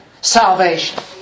salvation